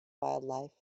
wildlife